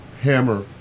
hammer